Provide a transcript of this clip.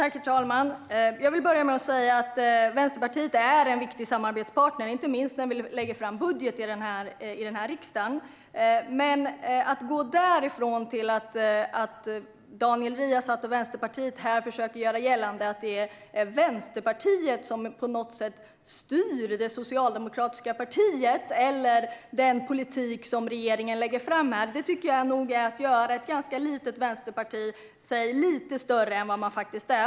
Herr talman! Jag vill börja med att säga att Vänsterpartiet är en viktig samarbetspartner, inte minst när vi lägger fram budgetar i den här kammaren. Men att gå därifrån till det som Daniel Riazat och Vänsterpartiet försöker att göra gällande, att det är Vänsterpartiet som styr det socialdemokratiska partiet eller den politik som regeringen lägger fram, är nog att göra ett ganska litet vänsterparti lite större än vad det är.